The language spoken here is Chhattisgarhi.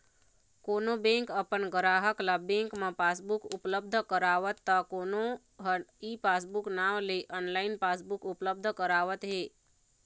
कोनो बेंक अपन गराहक ल बेंक म पासबुक उपलब्ध करावत त कोनो ह ई पासबूक नांव ले ऑनलाइन पासबुक उपलब्ध करावत हे